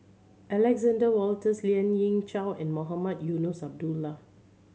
Alexander Wolters Lien Ying Chow and Mohamed Eunos Abdullah